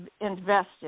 invested